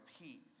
repeat